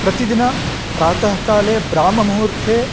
प्रतिदिन प्रातःकाले ब्रह्म मुहूर्ते